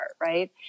Right